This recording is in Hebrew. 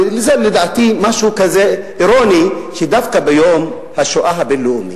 זה לדעתי משהו אירוני שדווקא ביום השואה הבין-לאומי,